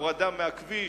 הורדה מהכביש,